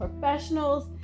professionals